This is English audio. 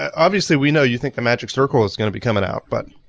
obviously we know you think the magic circle is going to be coming out but.